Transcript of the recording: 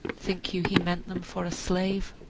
think you he meant them for a slave?